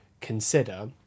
consider